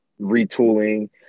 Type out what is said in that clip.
retooling